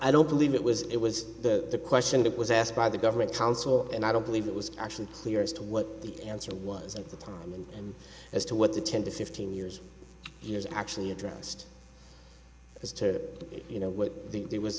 i don't believe it was it was the question that was asked by the government counsel and i don't believe it was actually clear as to what the answer was at the time and as to what the ten to fifteen years has actually addressed as to you know what it was